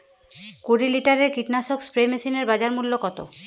কুরি লিটারের কীটনাশক স্প্রে মেশিনের বাজার মূল্য কতো?